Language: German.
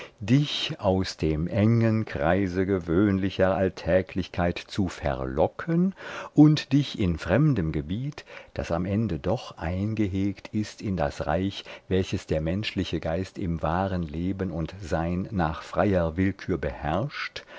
dich aus dem engen kreise gewöhnlicher alltäglichkeit zu verlocken und dich in fremdem gebiet das am ende doch eingehegt ist in das reich welches der menschliche geist im wahren leben und sein nach freier willkür beherrscht